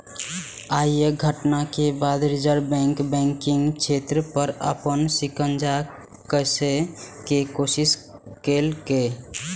अय घटना के बाद रिजर्व बैंक बैंकिंग क्षेत्र पर अपन शिकंजा कसै के कोशिश केलकै